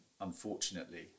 unfortunately